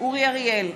אורי אריאל,